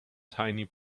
tiny